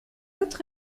autre